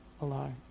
alone